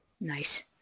nice